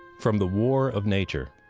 from the war of nature,